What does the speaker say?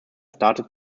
started